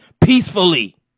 peacefully